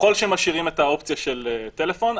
ככל שמשאירים את האופציה של טלפון,